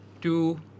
two